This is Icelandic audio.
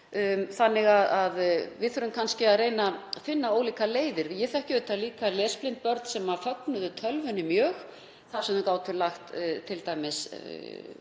þannig að við þurfum kannski að reyna að finna ólíkar leiðir. Ég þekki auðvitað líka lesblind börn sem fögnuðu tölvunni mjög þar sem þau gátu t.d.